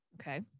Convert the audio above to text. okay